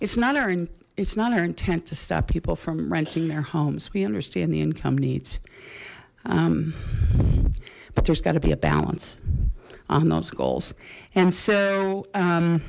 it's not iron it's not our intent to stop people from renting their homes we understand the income needs but there's got to be a balance on those goals and so